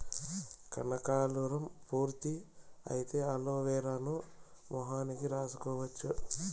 కనకాలురం పూర్తి అయితే అలోవెరాను మొహానికి రాసుకోవచ్చు